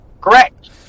Correct